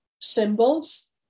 symbols